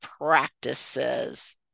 practices